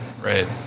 right